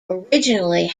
originally